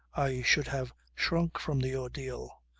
i should have shrunk from the ordeal.